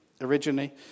originally